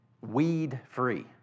weed-free